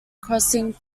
crossing